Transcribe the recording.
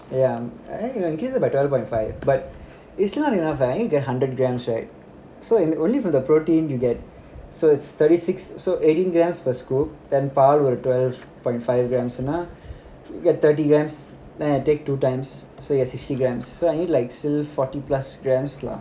ya it increases by twelve point five but it's not enough right you need get hundred grams right so you only from the protein you get so it's thirty six so eighteen grams per scoop பால் ஒரு per five grams thirty grams then I take two times so you have sixty grams so I need like still fourty plus grams lah